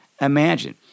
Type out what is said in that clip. imagine